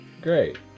Great